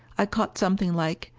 i caught something like,